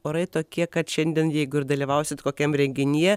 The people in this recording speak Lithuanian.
orai tokie kad šiandien jeigu ir dalyvausit kokiam renginyje